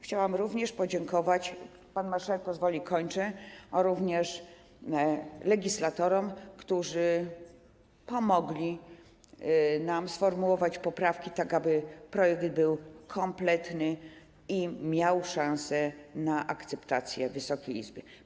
Chciałam również podziękować - pan marszałek pozwoli, kończę - również legislatorom, którzy pomogli nam sformułować poprawki tak, aby projekt był kompletny i miał szansę na akceptację Wysokiej Izby.